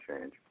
change